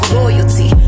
loyalty